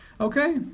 Okay